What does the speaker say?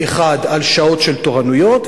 1. על שעות של תורנויות,